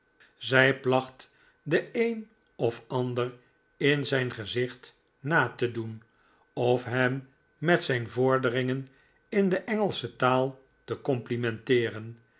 zij placht den een of den ander in zijn gezicht na te doen of hem met zijn vorderingen in de engelsche taal te complimenteeren